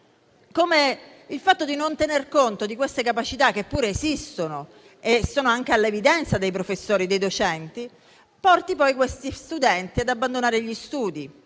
come il fatto di non tener conto di queste capacità, che pure esistono e che sono all'evidenza dei professori e dei docenti, porti poi questi studenti ad abbandonare gli studi